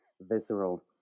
visceral